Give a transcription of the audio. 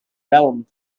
realm